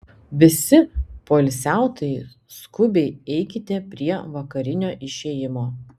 visi poilsiautojai skubiai eikite prie vakarinio išėjimo